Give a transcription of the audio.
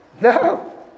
No